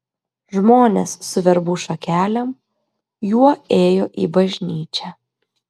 žmonės su verbų šakelėm juo ėjo į bažnyčią